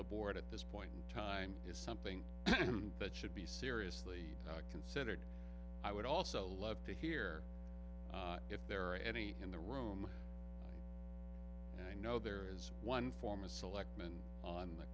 the board at this point in time is something that should be seriously considered i would also love to hear if there are any in the room and i know there is one former selectman on the